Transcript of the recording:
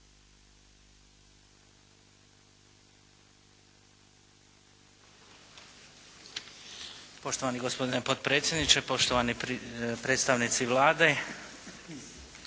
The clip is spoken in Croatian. Poštovani gospodine potpredsjedniče, poštovani predstavnici Vlade.